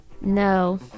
No